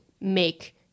make